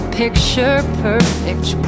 picture-perfect